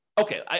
Okay